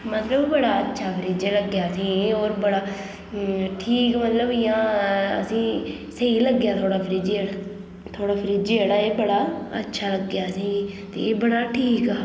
मतलब बड़ा अच्छा फ्रिज लग्गेआ असेंगी होर बड़ा ठीक जियां मतलब असें स्हेई लग्गेआ फ्रिज जेहड़ा थुआढ़ा बड़ा अच्छा लग्गेआ असेंगी बड़ा ठीक हा